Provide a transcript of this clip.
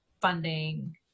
funding